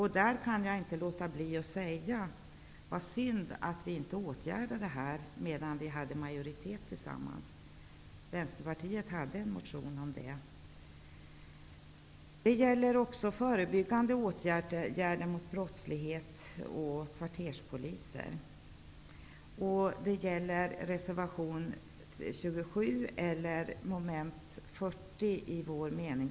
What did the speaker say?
Här kan jag inte låta bli att säga: Vad synd att vi inte åtgärdade denna fråga när vi var i majoritet tillsammans! Vänsterpartiet väckte en motion i denna fråga. Det gäller också förebyggande åtgärder mot brottslighet och frågan om att införa kvarterspoliser. Det gäller även reservation nr 27 och vår meningsyttring till mom. 40.